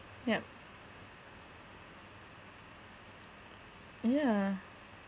yup yeah